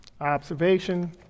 observation